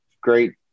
great